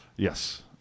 Yes